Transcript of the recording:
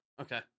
Okay